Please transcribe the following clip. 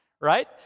right